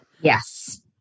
Yes